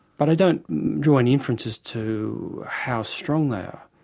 but i don't draw any inferences to how strong they are.